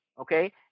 okay